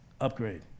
Upgrade